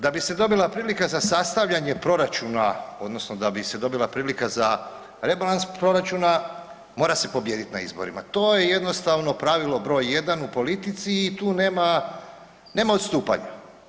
Da bi se dobila prilika za sastavljanje proračuna odnosno da bi se dobila prilika za rebalans proračuna, mora se pobijedit na izborima, to je jednostavno pravilo br. 1 u politici i tu nema odstupanja.